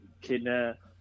kidnapped